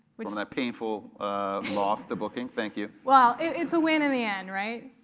which from that painful loss to booking, thank you. well, it's a win in the end, right?